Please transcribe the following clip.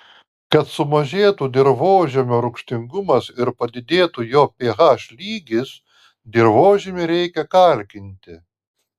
kad sumažėtų dirvožemio rūgštingumas ir padidėtų jo ph lygis dirvožemį reikia kalkinti